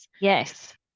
yes